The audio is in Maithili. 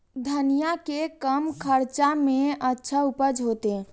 धनिया के कम खर्चा में अच्छा उपज होते?